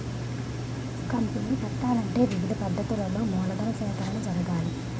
company పెట్టాలంటే వివిధ పద్ధతులలో మూలధన సేకరణ జరగాలి